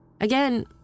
Again